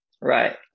Right